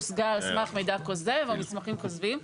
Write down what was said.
הושגה על סמך מידע כוזב או מסמכים כוזבים.